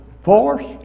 Force